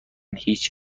هیچ